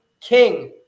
king